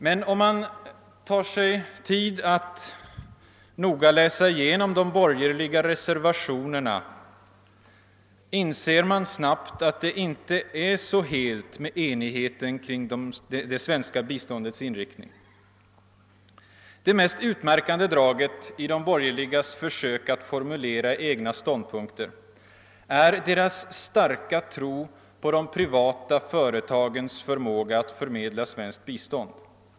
Men om man tar sig tid att noga läsa igenom de borgerliga reservationerna inser man snabbt att det inte är så helt med enigheten kring det svenska biståndets inriktning. Det mest utmärkande draget i de borgerligas försök att formulera egna ståndpunkter är deras starka tro på de privata företagens förmåga att förmedla svenskt bistånd.